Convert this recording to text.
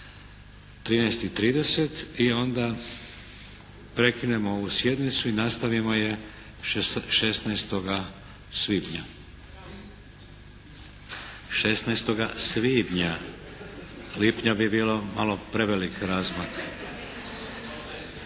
13 i 30 i onda prekinemo ovu sjednicu i nastavimo je 16. svibnja. …/Upadica se ne razumije./… 16. svibnja. Lipnja bi bilo malo prevelik razmak.